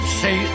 say